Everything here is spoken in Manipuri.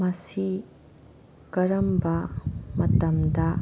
ꯃꯁꯤ ꯀꯔꯝꯕ ꯃꯇꯝꯗ